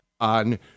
on